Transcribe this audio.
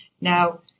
Now